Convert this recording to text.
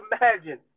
imagine